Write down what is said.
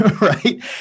Right